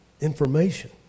information